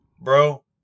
bro